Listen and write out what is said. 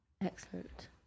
Excellent